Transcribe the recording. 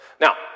Now